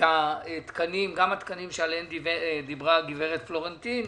את התקנים שעליהם דיברה הגברת פלורנטין,